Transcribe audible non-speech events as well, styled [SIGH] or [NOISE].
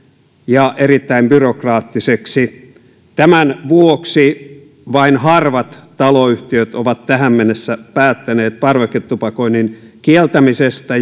ja erittäin byrokraattiseksi tämän vuoksi vain harvat taloyhtiöt ovat tähän mennessä päättäneet parveketupakoinnin kieltämisestä [UNINTELLIGIBLE]